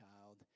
child